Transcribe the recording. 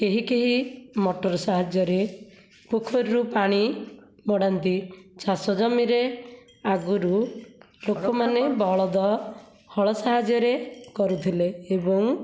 କେହି କେହି ମଟର ସାହାଯ୍ୟରେ ପୋଖରୀରୁ ପାଣି ମଡ଼ାନ୍ତି ଚାଷ ଜମିରେ ଆଗରୁ ଲୋକମାନେ ବଳଦ ହଳ ସାହାଯ୍ୟରେ କରୁଥିଲେ ଏବଂ